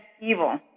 evil